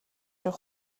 шиг